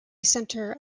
centre